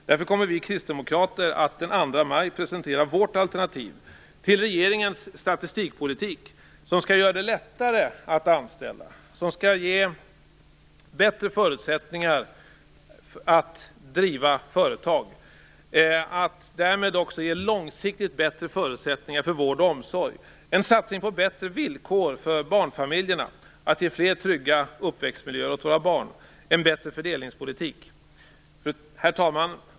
Därför kommer vi kristdemokrater att den 2 maj presentera vårt alternativ till regeringens statistikpolitik som skall göra det lättare att anställa, ge bättre förutsättningar att driva företag och därmed också långsiktigt bättre förutsättningar för vård och omsorg, en satsning på bättre villkor för barnfamiljerna, fler trygga uppväxtmiljöer för våra barn, en bättre fördelningspolitik. Herr talman!